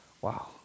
wow